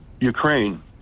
ukraine